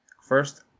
First